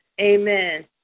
Amen